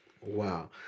Wow